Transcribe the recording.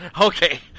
Okay